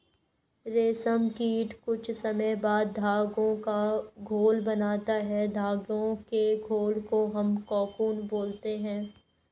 रेशम कीट कुछ समय बाद धागे का घोल बनाता है धागे के घोल को हम कोकून बोलते हैं